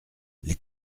les